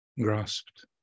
grasped